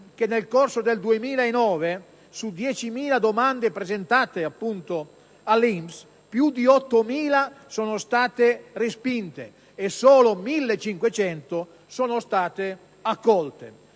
che nel corso del 2009 su 10.000 domande presentate più di 8.000 sono state respinte e che solo 1.500 sono state accolte.